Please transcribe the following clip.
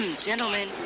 gentlemen